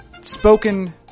spoken